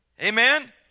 Amen